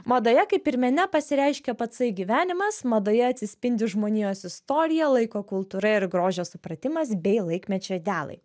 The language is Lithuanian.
madoje kaip ir mene pasireiškia patsai gyvenimas madoje atsispindi žmonijos istorija laiko kultūra ir grožio supratimas bei laikmečio idealai